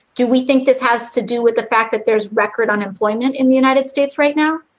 do we think this has to do with the fact that there's record unemployment in the united states right now?